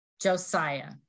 Josiah